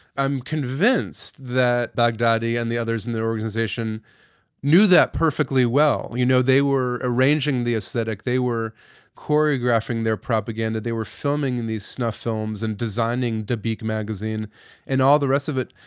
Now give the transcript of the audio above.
i'm convinced that baghdadi and the others in the organization knew that perfectly well. you know they were arranging the aesthetic, they were choreographing their propaganda. they were filming in these snuff films and designing dabiq magazine and all the rest of it,